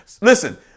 Listen